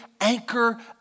anchor